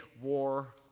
war